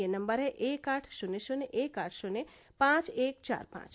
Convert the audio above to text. यह नम्बर है एक आठ शुन्य शुन्य एक आठ शुन्य पांच एक चार पांच